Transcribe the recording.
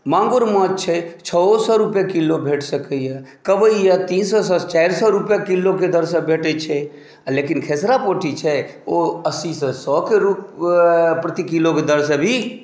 माँगुर माछ छै छओ सए रुपए किलो भेट सकैए कबइ यए तीन सएसँ चारि सए रूपए किलोके दरसँ भेटैत छै लेकिन खेसरा पोठी छै ओ अस्सीसँ सएके प्रति किलोके दरसँ भी